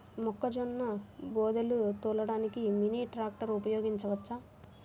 మొక్కజొన్న బోదెలు తోలడానికి మినీ ట్రాక్టర్ ఉపయోగించవచ్చా?